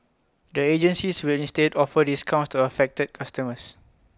the agencies will instead offer discounts to affected customers